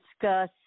discuss